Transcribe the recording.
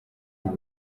ubu